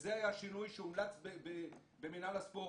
וזה היה השינוי שהומלץ במינהל הספורט,